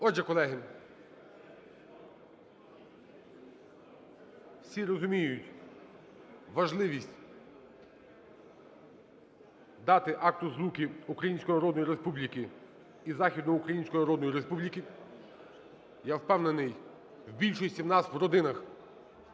Отже, колеги, всі розуміють важливість дати Акта Злуки Українського Народної Республіки і Західноукраїнської Народної Республіки. Я впевнений, в більшості в нас в родинах